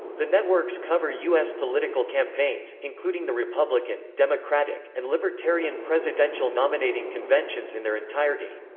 the networks cover u s. political campaigns, including the republican, democratic, and libertarian presidential nominating conventions in their entirety.